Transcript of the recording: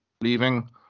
leaving